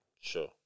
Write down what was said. sure